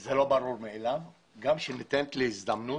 זה לא ברור מאליו גם כשניתנת לי ההזדמנות